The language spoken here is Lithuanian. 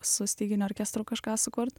su styginių orkestru kažką sukurt